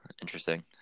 interesting